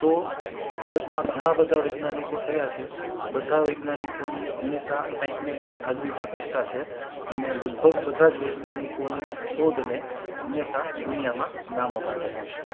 તો ભારતમાં ઘણા બધા વૈજ્ઞાનિકો થયા છે બધા વૈજ્ઞાનિકોની હંમેશા કંઈકને કંઈક આગવી પ્રતિષ્ઠા છે અને લગભગ બધા જ વૈજ્ઞાનિકોની શોધને હંમેશા દુનિયામાં નામ અપાવેલું છે